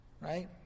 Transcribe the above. Right